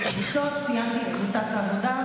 קבוצות: ציינתי את קבוצת סיעת העבודה,